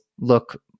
look